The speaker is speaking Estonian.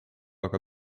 aga